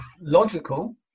logical